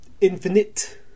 Infinite